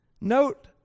Note